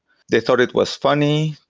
they thought it was funny.